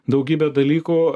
daugybę dalykų